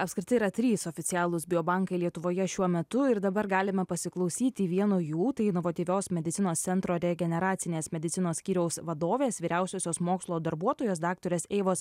apskritai yra trys oficialūs bio bankai lietuvoje šiuo metu ir dabar galima pasiklausyti vieno jų tai inovatyvios medicinos centro regeneracinės medicinos skyriaus vadovės vyriausiosios mokslo darbuotojos daktarės eivos